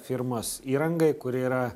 firmos įrangai kuri yra